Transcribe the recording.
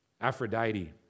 Aphrodite